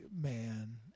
man